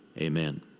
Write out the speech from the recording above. amen